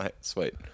Sweet